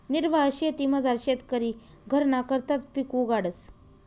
निर्वाह शेतीमझार शेतकरी घरना करताच पिक उगाडस